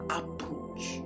approach